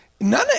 None